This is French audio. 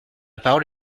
parole